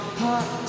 hot